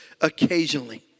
occasionally